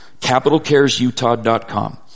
CapitalcaresUtah.com